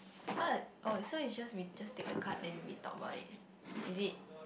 how does oh so is just we just take the card then we talk about it is it